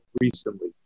recently